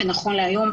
ונכון להיום,